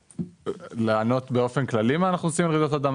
אנחנו תומכים מאוד גדולים בתחום ההתחדשות,